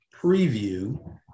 preview